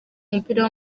umupira